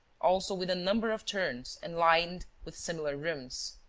also with a number of turns and lined with similar rooms.